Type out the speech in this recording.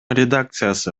редакциясы